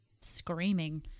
screaming